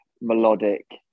melodic